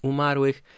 Umarłych